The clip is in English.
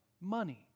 money